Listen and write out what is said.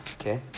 Okay